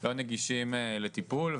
לא נגישים לטיפול,